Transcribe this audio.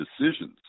decisions